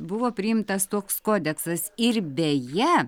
buvo priimtas toks kodeksas ir beje